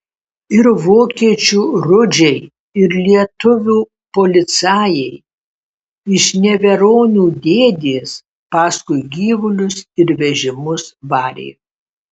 ir vokiečių rudžiai ir lietuvių policajai iš neveronių dėdės paskui gyvulius ir vežimus varė